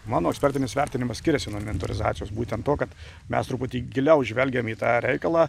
mano ekspertinis vertinimas skiriasi nuo inventorizacijos būtent tuo kad mes truputį giliau žvelgiam į tą reikalą